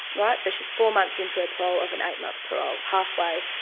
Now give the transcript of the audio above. right? so she's four months into her parole of an eight month parole, half-way.